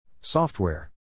Software